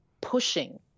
pushing